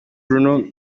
bruno